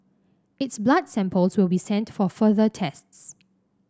its blood samples will be sent for further tests